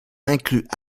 incluent